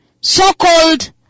so-called